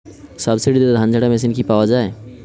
সাবসিডিতে ধানঝাড়া মেশিন কি পাওয়া য়ায়?